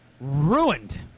ruined